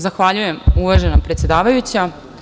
Zahvaljujem uvažena predsedavajuća.